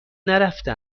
نرفته